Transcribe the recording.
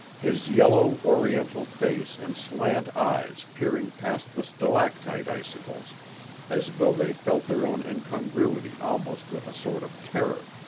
his yellow, oriental face and slant eyes peering past the stalactite icicles as though they felt their own incongruity almost with a sort of terror.